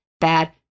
bad